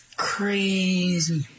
crazy